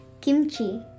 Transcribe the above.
Kimchi